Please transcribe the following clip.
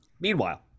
Meanwhile